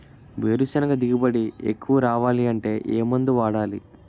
వేరుసెనగ దిగుబడి ఎక్కువ రావాలి అంటే ఏ మందు వాడాలి?